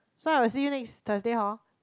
so I will see you next Thursday horn